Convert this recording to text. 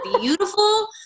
beautiful